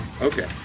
Okay